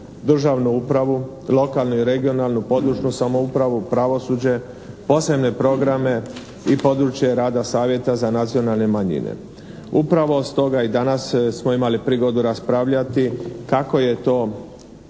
državnu upravu, lokalnu i regionalnu (područnu) samoupravu, pravosuđe, posebne programe i područje rada savjeta za nacionalne manjine. Upravo stoga i danas smo imali prigodu raspravljati kako je to